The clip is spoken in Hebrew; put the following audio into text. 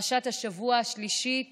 פרשת השבוע השלישית